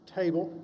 table